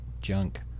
junk